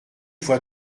fois